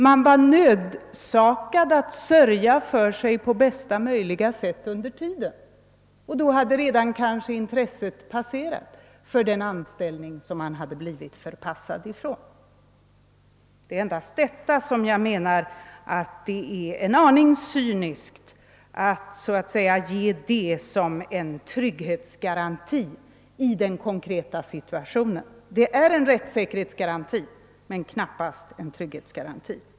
Man skulle ändå bli nödsakad att under tiden sörja för sig på bästa möjliga sätt, och sedan hade kanske intresset för den anställning man blivit förpassad från upphört. Det är därför jag anser det vara en aning cyniskt att framhålla möjligheten till överklagande som en trygghetsgaranti i den konkreta situationen. Det är en rättssäkerhetsgaranti men knappast någon trygghetsgaranti.